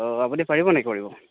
অঁ আপুনি পাৰিব নেকি কৰিব